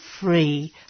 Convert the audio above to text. free